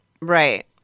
Right